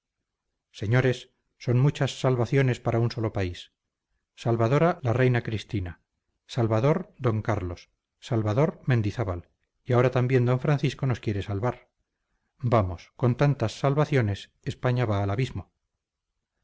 señores son muchas salvaciones para un solo país salvadora la reina cristina salvador d carlos salvador mendizábal y ahora también d francisco nos quiere salvar vamos con tantas salvaciones españa va al abismo